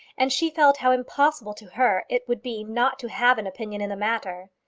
and she felt how impossible to her it would be not to have an opinion in the matter.